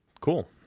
Cool